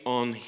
on